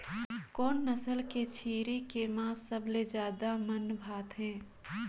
कोन नस्ल के छेरी के मांस सबले ज्यादा मन भाथे?